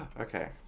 Okay